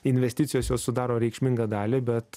investicijos sudaro reikšmingą dalį bet